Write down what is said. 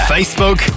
Facebook